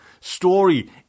story